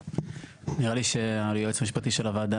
נראה לי שהיועץ המשפטי של הוועדה